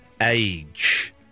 age